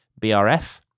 BRF